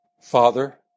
Father